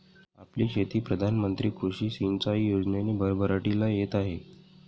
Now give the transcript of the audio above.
आपली शेती प्रधान मंत्री कृषी सिंचाई योजनेने भरभराटीला येत आहे